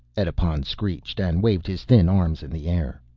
edipon screeched and waved his thin arms in the air.